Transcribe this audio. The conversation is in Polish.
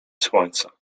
słońca